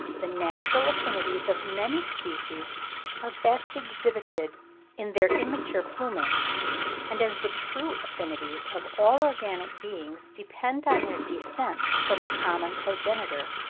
the natural affinities of many species are best exhibited in their immature plumage and as the true affinities of all organic beings depend on their descent from a common progenitor,